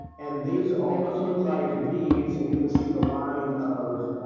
and these almost look like bees, and you can see the line of